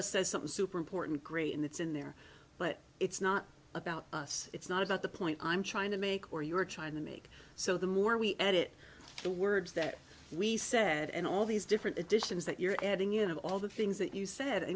us says something superimportant great and it's in there but it's not about us it's not about the point i'm trying to make or you're trying to make so the more we edit the words that we said and all these different additions that you're adding in of all the things that you said i